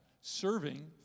serving